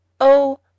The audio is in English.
Oh